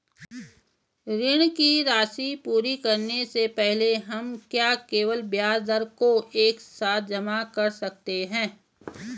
ऋण की राशि पूरी करने से पहले हम क्या केवल ब्याज दर को एक साथ जमा कर सकते हैं?